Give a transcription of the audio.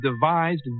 devised